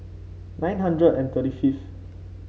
nine hundred and thirty fifth